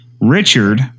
Richard